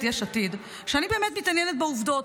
יש עתיד הוא שאני באמת מתעניינת בעובדות,